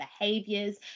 behaviors